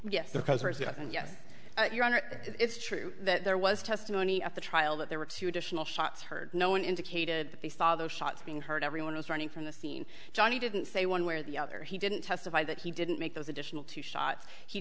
and yes your honor it's true that there was testimony of the trial that there were two additional shots heard no one indicated that they saw those shots being heard everyone was running from the scene johnnie didn't say one way or the other he didn't testify that he didn't make those additional two shots he